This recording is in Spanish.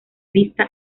vista